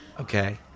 Okay